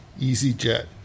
EasyJet